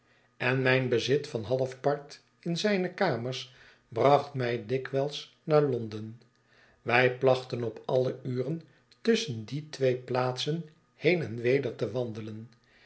en mijn bezit van half part in zijne kamers bracht mij dikwijls naar londen wij plachten op alle uren tusschen die twee plaatsen heen en weder te wandelen